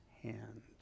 hand